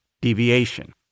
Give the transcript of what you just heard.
deviation